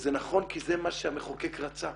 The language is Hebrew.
וזה נכון כי זה מה שהמחוקק רצה.